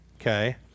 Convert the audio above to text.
okay